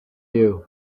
you